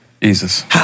Jesus